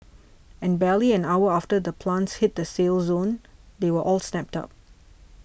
and barely an hour after the plants hit the sale zone they were all snapped up